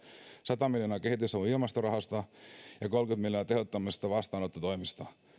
sata miljoonaa kehitysavun ilmastorahoista ja kolmekymmentä miljoonaa tehottomista vastaanottotoimista meinaan